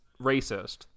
racist